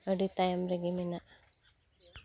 ᱟᱹᱰᱤ ᱛᱟᱭᱚᱢ ᱨᱮᱜᱮ ᱢᱮᱱᱟᱜᱼᱟ